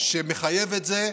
שמחייב את זה,